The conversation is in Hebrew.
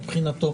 מבחינתו.